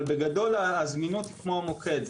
אבל בגדול הזמינות היא כמו המוקד.